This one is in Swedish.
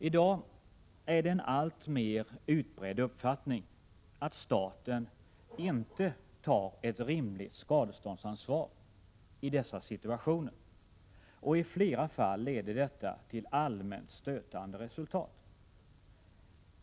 I dag är det en alltmer utbredd uppfattning att staten inte tar ett rimligt skadeståndsansvar i dessa situationer. I flera fall kan det leda till allmänt stötande resultat.